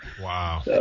Wow